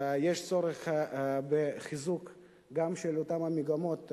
יש צורך בחיזוק גם של אותן המגמות,